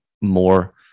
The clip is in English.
more